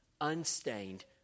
unstained